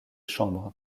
chambres